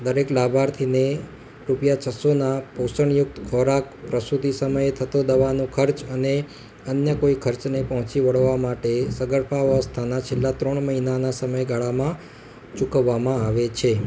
દરેક લાભાર્થીને રૂપિયા છસ્સોના પોષણયુકત ખોરાક પ્રસુતિ સમયે થતો દવાનો ખર્ચ અને અન્ય કોઈ ખર્ચને પહોંચી વળવા માટે સગર્ભા અવસ્થાના છેલ્લા ત્રણ મહિનાના સમયગાળામાં ચૂકવવામાં આવે છે